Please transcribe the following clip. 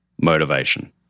motivation